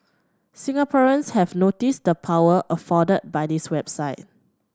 Singaporeans have noticed the power afforded by this website